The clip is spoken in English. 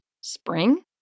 Spring